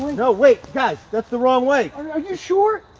no wait guys, that's the wrong way! are you sure?